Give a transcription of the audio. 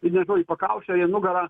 ir nežinau į pakaušį ar į nugarą